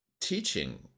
teaching